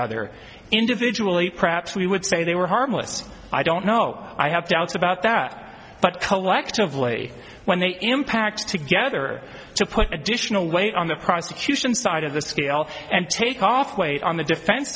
other individually perhaps we would say they were harmless i don't know i have doubts about that but collectively when they impact together to put additional weight on the prosecution side of the scale and takeoff weight on the defen